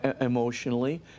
emotionally